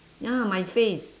ya my face